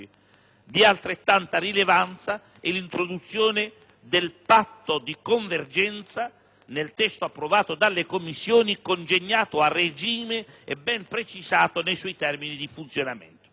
Di altrettanta rilevanza è l'introduzione del patto di convergenza nel testo approvato dalle Commissioni, congegnato a regime e ben precisato nei suoi termini di funzionamento.